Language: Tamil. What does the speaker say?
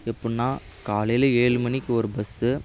எப்புடினா காலையில் ஏழு மணிக்கு ஒரு பஸ்ஸு